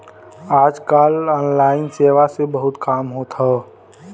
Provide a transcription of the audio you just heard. आज कल ऑनलाइन सेवा से बहुत काम होत हौ